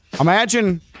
Imagine